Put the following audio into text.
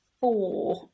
four